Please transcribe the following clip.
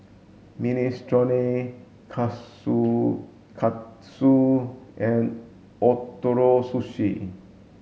Minestrone Kushikatsu and Ootoro Sushi